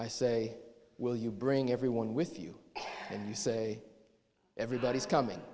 i say will you bring everyone with you and you say everybody's coming